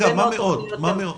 מאות?